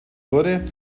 wurde